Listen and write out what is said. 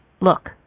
Look